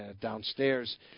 downstairs